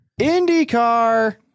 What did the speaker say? IndyCar